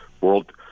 World